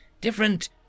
different